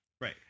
Right